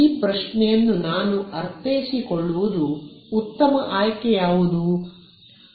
ಈ ಪ್ರಶ್ನೆಯನ್ನು ನಾನು ಅರ್ಥೈಸಿಕೊಳ್ಳುವುದು ಉತ್ತಮ ಆಯ್ಕೆ ಯಾವುದು